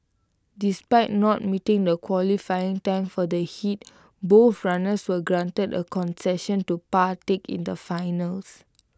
despite not meeting the qualifying time for the heat both runners were granted A concession to partake in the finals